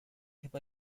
have